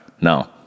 no